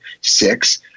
six